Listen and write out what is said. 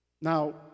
Now